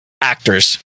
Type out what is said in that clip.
actors